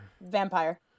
Vampire